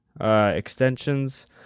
extensions